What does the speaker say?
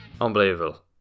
Unbelievable